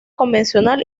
convencional